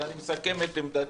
אז אני מסכם את עמדתי.